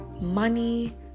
money